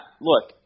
look